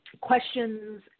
questions